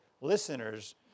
listeners